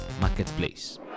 marketplace